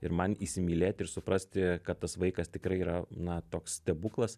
ir man įsimylėti ir suprasti kad tas vaikas tikrai yra na toks stebuklas